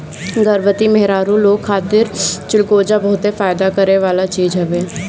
गर्भवती मेहरारू लोग खातिर चिलगोजा बहते फायदा करेवाला चीज हवे